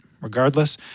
Regardless